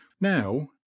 now